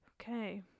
Okay